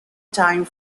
time